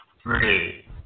three